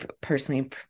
personally